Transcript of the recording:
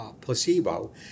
placebo